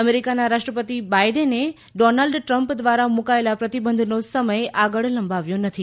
અમેરિકાના રાષ્ટ્રપતિ બાયડેને ડોનાલ્ડ ટ્રમ્પ દ્વારા મુકાયેલા પ્રતિબંધનો સમય આગળ લંબાવ્યો નથી